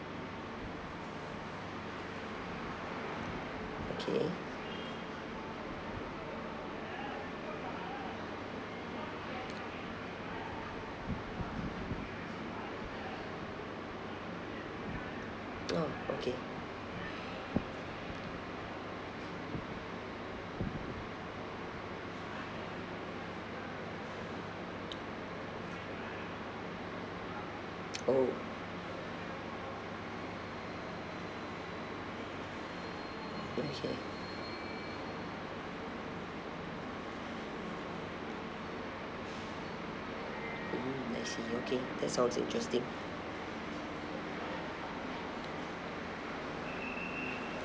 okay oh okay oh mmhmm I see okay that sounds interesting